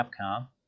Capcom